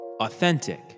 authentic